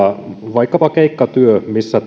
vaikkapa keikkatyössä missä